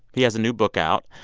he has a new book out,